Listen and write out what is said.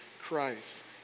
Christ